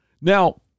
Now